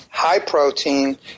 high-protein